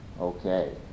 okay